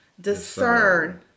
Discern